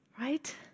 Right